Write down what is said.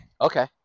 Okay